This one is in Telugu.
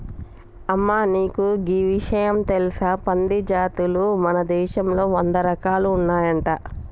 అమ్మ నీకు గీ ఇషయం తెలుసా పంది జాతులు మన దేశంలో వంద రకాలు ఉన్నాయంట